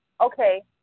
Okay